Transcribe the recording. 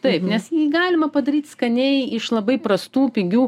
taip nes jį galima padaryt skaniai iš labai prastų pigių